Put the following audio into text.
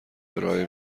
ارائه